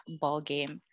ballgame